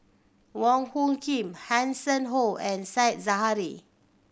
Wong Hung Khim Hanson Ho and Said Zahari